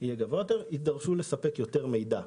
יהיה גבוה יותר החברה תידרש לספק יותר מידע.